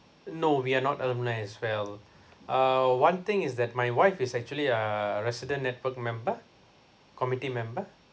no we are not alumni as well uh one thing is that my wife is actually a resident network member community member